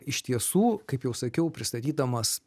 iš tiesų kaip jau sakiau pristatydamas